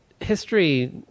history